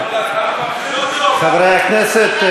אנחנו נגד ועדת חקירה, חברי הכנסת,